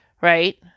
right